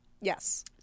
Yes